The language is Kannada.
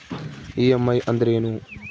ಇ.ಎಮ್.ಐ ಅಂದ್ರೇನು?